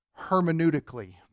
hermeneutically